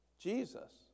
Jesus